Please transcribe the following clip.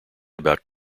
about